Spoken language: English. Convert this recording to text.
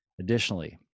Additionally